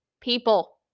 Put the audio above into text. people